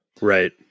right